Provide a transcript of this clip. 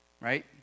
Right